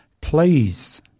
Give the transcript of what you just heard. please